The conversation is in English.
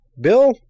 Bill